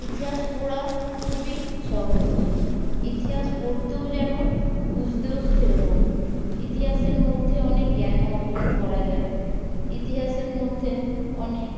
ইতিহাস পড়া খুবই সহজ ইতিহাস পড়তেও যেমন বুঝতেও সেরকম ইতিহাসের মধ্যে অনেক জ্ঞান অর্জন করা যায় ইতিহাসের মধ্যে অনেক